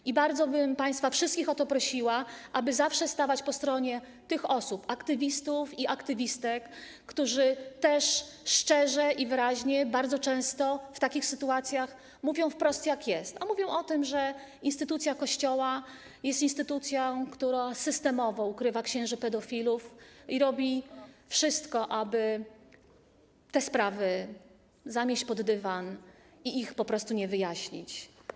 I bardzo bym wszystkich państwa o to prosiła, aby zawsze stawać po stronie tych osób, aktywistów i aktywistek, którzy też szczerze i wyraźnie bardzo często w takich sytuacjach mówią wprost, jak jest, mówią o tym, że instytucja Kościoła jest instytucją, która systemowo ukrywa księży pedofilów i robi wszystko, aby te sprawy zamieść pod dywan i ich po prostu nie wyjaśnić.